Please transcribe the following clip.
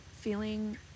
feeling